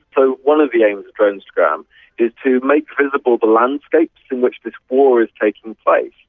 so, one of the aims of dronestagram is to make visible the landscapes in which this war is taking place.